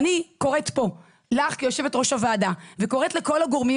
אני קוראת לך כיושבת ראש הוועדה ולכל הגורמים